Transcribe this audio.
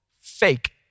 fake